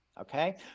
okay